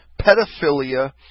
pedophilia